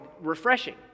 refreshing